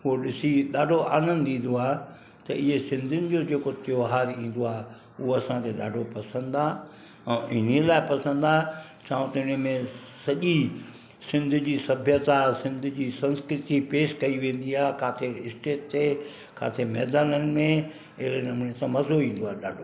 हो ॾिसी ॾाढो आनंद ईंदो आहे त इअं सिंधीयुनि जो जेको त्योहार ईंदो आहे हूअ असांखे ॾाढो पसंदि आहे ऐं इन्हीअ लाइ पसंदि आहे छा त इनमें सॼी सिंध जी सभ्यता सिंध जी संस्कृती पेश कई वेंदी आहे किथे स्टेज ते किथे मैदाननि में अहिड़े नमूने त मज़ो ईंदो आहे ॾाढो